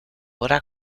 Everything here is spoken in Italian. ora